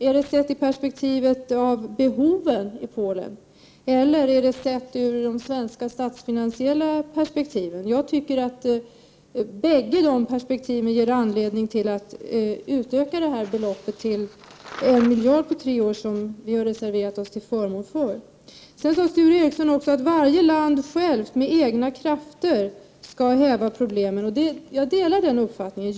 Är det sett i perspektiv av behovet i Polen eller ur de svenska statsfinansiella perspektiven? Jag tycker att båda de perspektiven ger anledning att utöka det beloppet till 1 miljard på tre år, vilket vi har reserverat oss till förmån för. Sture Ericson sade också att varje land självt med egen kraft skall häva problemen. Jag delar den uppfattningen.